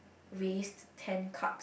waste ten cups